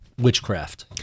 witchcraft